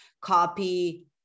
copy